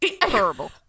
terrible